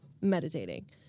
meditating